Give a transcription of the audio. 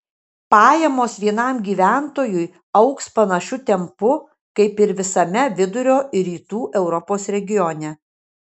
pajamos vienam gyventojui augs panašiu tempu kaip ir visame vidurio ir rytų europos regione